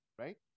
right